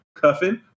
cuffing